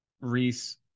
Reese